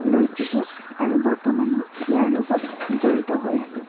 লৈছিলোঁ আৰু বৰ্তমানো ইয়াৰ লগত জড়িত হৈ আছোঁ